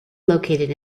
located